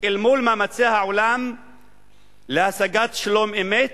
אל מול מאמצי העולם להשגת שלום-אמת